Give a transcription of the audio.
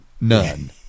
none